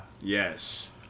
Yes